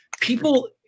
people